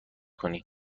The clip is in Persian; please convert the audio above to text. کنی